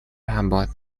работы